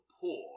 poor